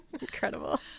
Incredible